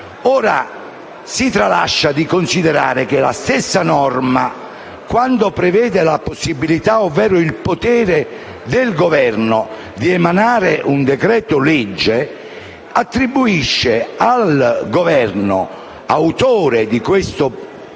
Ora, si tralascia di considerare che la stessa norma, quando prevede la possibilità, ovvero il potere, del Governo di emanare un decreto-legge, attribuisce al Governo, autore di questo